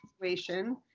situation